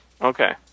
Okay